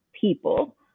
people